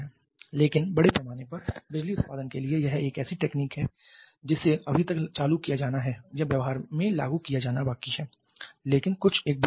लेकिन बड़े पैमाने पर बिजली उत्पादन के लिए यह एक ऐसी तकनीक है जिसे अभी तक चालू किया जाना है या व्यवहार में लागू किया जाना बाकी है लेकिन कुछ एक बड़ी क्षमता के साथ